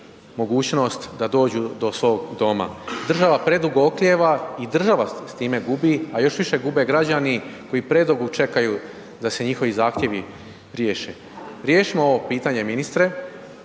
mogućnost da dođu do svog doma. Država preduga oklijeva i država s time gubi a još više gube građani koji predugo čekaju da se njihovi zahtjevi riješe. Riješimo ovo pitanje, ministre,